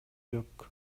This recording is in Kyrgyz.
жок